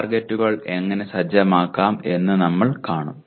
ടാർഗെറ്റുകൾ എങ്ങനെ സജ്ജമാക്കാം എന്ന് നമ്മൾ കാണും